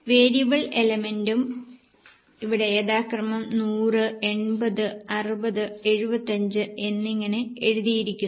variable എലമെന്റും ഇവിടെ യഥാക്രമം 100 80 60 75 എന്നിങ്ങനെ എഴുതിയിരിക്കുന്നു